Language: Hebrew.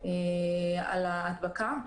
על ההדבקה,